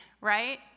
Right